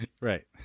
Right